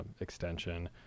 Extension